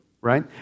right